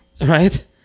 right